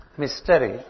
mystery